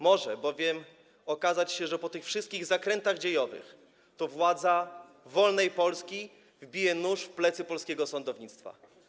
Może bowiem okazać się, że po tych wszystkich zakrętach dziejowych to władza wolnej Polski wbije nóż w plecy polskiego sądownictwa.